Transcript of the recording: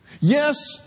yes